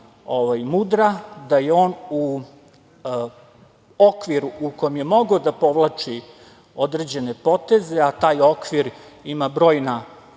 da je on u okviru u kom je mogao da povlači određene poteze, a taj okvir ima brojna